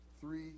three